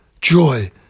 joy